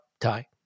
tie